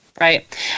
Right